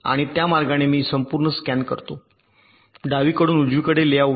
आणि त्या मार्गाने मी संपूर्ण स्कॅन करतो डावीकडून उजवीकडे लेआउट